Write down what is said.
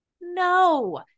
No